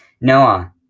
Noah